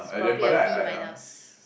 it's probably a B minus